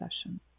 session